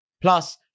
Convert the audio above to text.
Plus